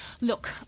Look